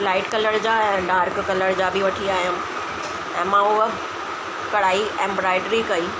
light colour जा ऐं dark colour जा बि वठी आयमि त मां हूअ कढ़ाई एम्बॉयडरी कई